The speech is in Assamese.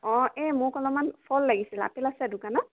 অঁ এই মোক অলপমান ফল লাগিছিল আপেল আছে দোকানত